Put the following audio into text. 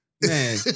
Man